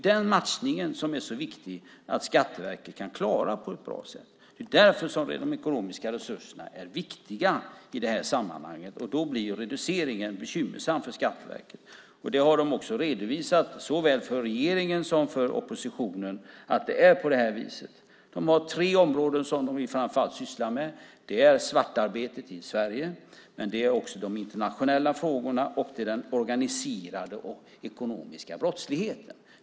Det är viktigt att Skatteverket kan klara den matchningen på ett bra sätt. Därför är de ekonomiska resurserna viktiga i detta sammanhang, och då blir reduceringen bekymmersam. Detta har de också redovisat för såväl regeringen som oppositionen. Skatteverket vill framför allt syssla med tre områden, nämligen svartarbetet i Sverige, de internationella frågorna och den organiserade ekonomiska brottsligheten.